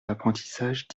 l’apprentissage